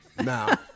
Now